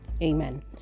amen